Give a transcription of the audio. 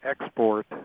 export